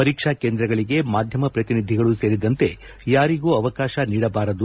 ಪರೀಕ್ಷೆ ಕೇಂದ್ರಗಳಿಗೆ ಮಾಧ್ಯಮ ಪ್ರತಿನಿಧಿಗಳು ಸೇರಿದಂತೆ ಯಾರಿಗೂ ಅವಕಾಶ ನೀಡಬಾರದು